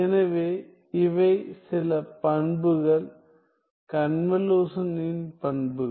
எனவே இவை சில பண்புகள் கன்வலுஷனின் பண்புகள்